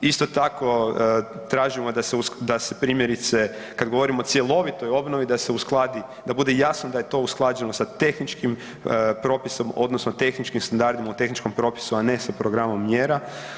Isto tako tražimo da se primjerice, kad govorimo o cjelovitoj obnovi, da se uskladi, da bude jasno da je to usklađeno sa tehničkim propisom odnosno tehničkim standardima u tehničkom propisu a ne sa programom mjera.